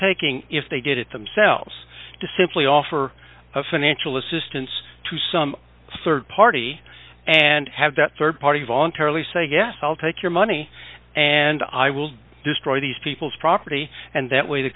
taking if they did it themselves to simply offer a financial assistance to some rd party and have that rd party voluntarily say yes i'll take your money and i will destroy these people's property and that way the